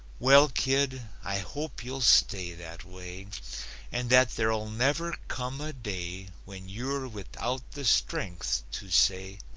well, kid, i hope you'll stay that way and that there'll never come a day when you're without the strength to say,